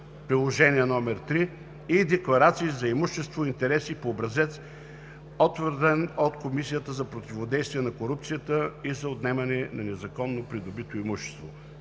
Приложение № 3; Декларации за имущество и интереси по Образец, утвърден от Комисията за противодействие на корупцията и за отнемане на незаконно придобитото имущество